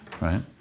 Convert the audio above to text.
right